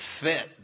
fit